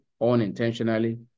unintentionally